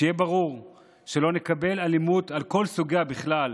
שיהיה ברור שלא נקבל אלימות על כל סוגיה בכלל,